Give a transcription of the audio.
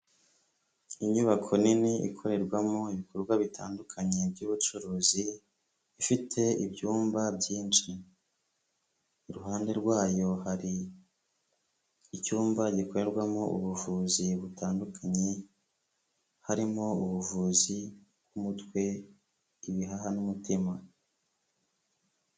Inyubako nini ikorerwamo ibikorwa bitandukanye by'ubucuruzi ifite ibyumba byinshi, iruhande rwayo hari icyumba gikorerwamo ubuvuzi butandukanye, harimo ubuvuzi bw'umutwe, ibiha n'umutima.